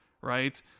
right